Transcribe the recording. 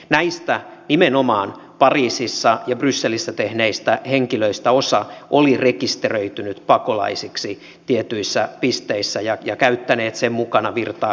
näistä nimenomaan pariisissa ja brysselissä iskuja tehneistä henkilöistä osa oli rekisteröitynyt pakolaisiksi tietyissä pisteissä ja käyttänyt sen mukana virtaa hyödykseen